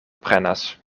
prenas